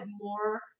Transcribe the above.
more